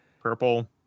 purple